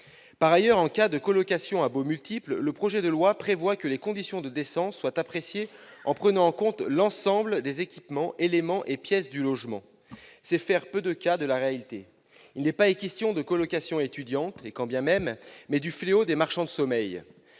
Par ailleurs, en cas de colocation à baux multiples, le projet de loi prévoit que les conditions de décence soient appréciées en prenant en compte l'ensemble des équipements, éléments et pièces du logement. C'est faire peu de cas de la réalité. Il n'est pas question pour nous de viser la colocation étudiante- et quand bien même !-, mais le fléau des marchands de sommeil.